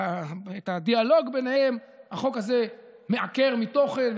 את הדיאלוג ביניהם החוק הזה מעקר מתוכן,